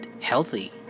healthy